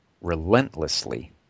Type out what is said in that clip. relentlessly